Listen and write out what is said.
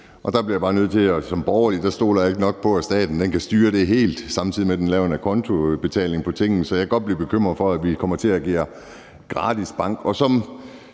jeg ikke stoler nok på, at staten kan styre det helt, og samtidig med det indkræver den acontobetaling for tingene, så jeg kan godt blive bekymret for, at vi kommer til at agere gratis bank.